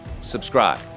subscribe